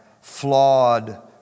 flawed